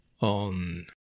on